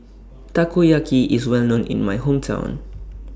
Takoyaki IS Well known in My Hometown